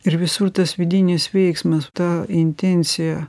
ir visur tas vidinis veiksmas ta intencija